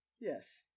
Yes